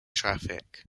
traffic